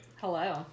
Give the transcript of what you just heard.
Hello